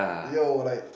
yo like